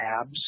abs